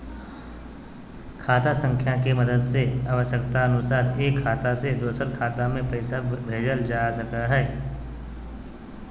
खाता संख्या के मदद से आवश्यकता अनुसार एक खाता से दोसर खाता मे पैसा भेजल जा सको हय